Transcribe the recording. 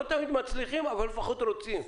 לא תמיד מצליחים, אבל לפחות רוצים.